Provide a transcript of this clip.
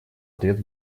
ответ